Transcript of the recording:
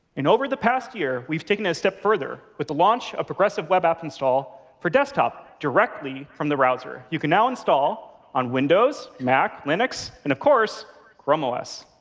and over the past year, we've taken a step further, with the launch of progressive web app install for desktop directly from the browser. you can now install on windows, mac, linux, and of course chrome os.